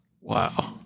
Wow